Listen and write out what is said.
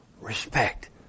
respect